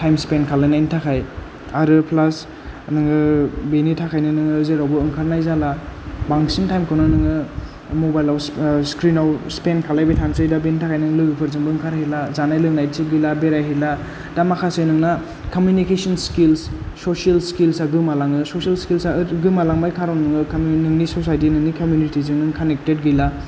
time spend खालायनायनि थाखाय आरो प्लास नोङो बेनि थाखायनो नोङो जेरावबो ओंखारनाय जाला बांसिन टाइम खौनो नोङो मबाइलाव स्क्रिनाव स्पेन्ड खालायबाय थानोसै दा बेनि थाखायनो लोगोफोरजोंबो ओंखारहैला जानाय लोंनाय थिग गैला बेरायहैला दा माखासे नोंना कमिउनिकेसन स्किल्स ससियेल स्किल्सा गोमालाङो ससियेल स्किल्सा गोमालांबाय कारन नोङो कमि नोंनि ससायटि नोंनि कमिउनिटिजों नों कानेक्टे गैला